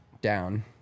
down